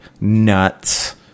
nuts